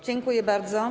Dziękuję bardzo.